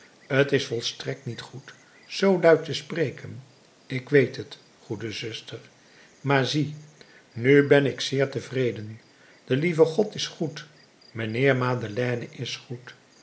t is volstrekt niet goed zoo luid te spreken ik weet het goede zuster maar zie nu ben ik zeer tevreden de lieve god is goed mijnheer madeleine is goed